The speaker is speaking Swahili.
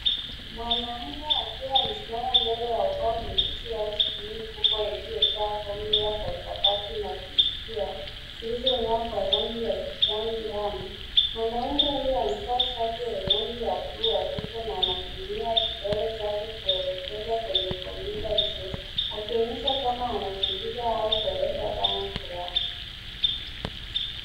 Mwanaume akiwa amesimama mbele ya ubao mweusi au skrini kubwa iliyojaa fomyula za hisabati na fizikia zilizoloa kwa rangi ya kijani ndani. Mwanaume huyo amevaa shati ya rangi ya buluu hafifu na anatumia kidole chake kuelekeza kwenye fomyula hizo; akionyesha kama anafundisha au kueleza dhana fulani.